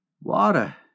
Water